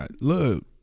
look